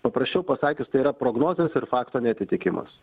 paprasčiau pasakius tai yra prognozės ir fakto neatitikimas